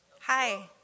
Hi